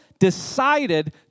decided